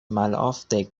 malofte